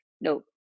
no